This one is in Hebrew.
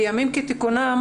בימים כתיקונם,